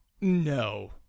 No